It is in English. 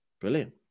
brilliant